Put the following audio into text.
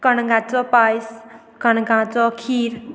कणगाचो पायस कणगांचो खीर